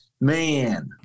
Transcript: man